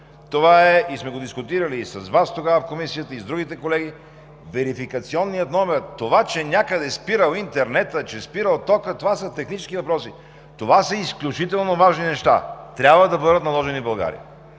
това сме го дискутирали и с Вас тогава в Комисията, и с другите колеги, е верификационният номер. Това че някъде интернетът спирал, че токът спирал, са технически въпроси. Това са изключително важни неща – трябва да бъдат наложени в България.